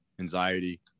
anxiety